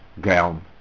gown